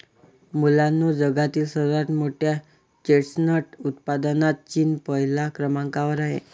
मुलांनो जगातील सर्वात मोठ्या चेस्टनट उत्पादनात चीन पहिल्या क्रमांकावर आहे